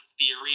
theory